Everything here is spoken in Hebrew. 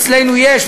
אצלנו יש,